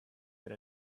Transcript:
than